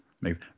makes